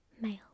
Male